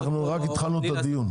דחיתם לכל הנשים את מועד הפנסיה לגיל 62